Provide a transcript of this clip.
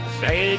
say